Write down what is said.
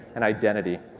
and identity.